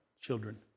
children